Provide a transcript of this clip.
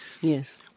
Yes